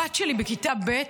הבת שלי בכיתה ב'